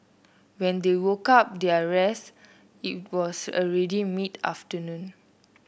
when they woke up their rest it was already mid afternoon